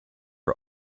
are